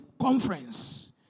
conference